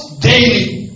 daily